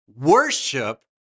worship